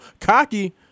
cocky